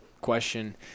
question